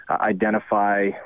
identify